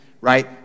right